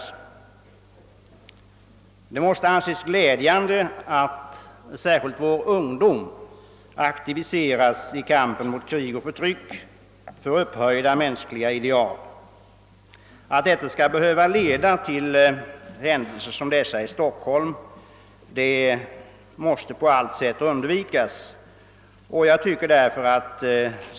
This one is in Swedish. Det måste anses glädjande att särskilt vår ungdom aktiviseras i kampen mot krig och förtryck och för upphöjda mänskliga ideal. Att detta skall behöva leda till händelser som dessa i Stockholm måste på allt sätt undvikas.